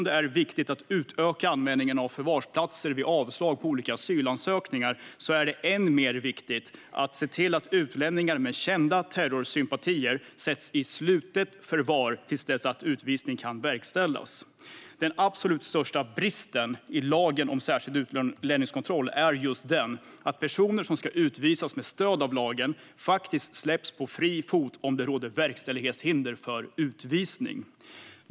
Det är viktigt att utöka användningen av förvarsplatser vid avslag på olika asylansökningar, och det är än mer viktigt att se till att utlänningar med kända terrorsympatier sätts i slutet förvar till dess att utvisning kan verkställas. Den absolut största bristen i lagen om särskild utlänningskontroll är just att personer som ska utvisas med stöd av lagen faktiskt släpps på fri fot om det råder verkställighetshinder för utvisning.